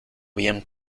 bien